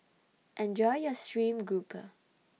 Enjoy your Stream Grouper